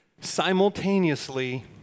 simultaneously